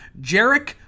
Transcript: jarek